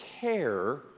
care